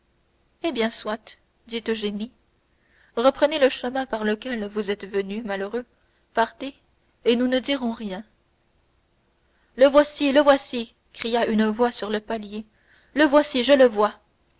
eh bien soit dit eugénie reprenez le chemin par lequel vous êtes venu malheureux partez et nous ne dirons rien le voici le voici cria une voix sur le palier le voici je le vois